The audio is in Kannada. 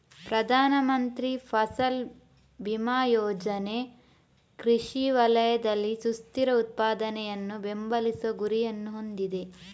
ಪ್ರಧಾನ ಮಂತ್ರಿ ಫಸಲ್ ಬಿಮಾ ಯೋಜನೆ ಕೃಷಿ ವಲಯದಲ್ಲಿ ಸುಸ್ಥಿರ ಉತ್ಪಾದನೆಯನ್ನು ಬೆಂಬಲಿಸುವ ಗುರಿಯನ್ನು ಹೊಂದಿದೆ